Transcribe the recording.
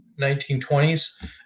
1920s